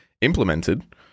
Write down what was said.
implemented